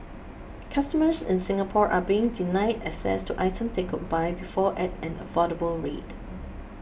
customers in Singapore are being denied access to items they could buy before at an affordable rate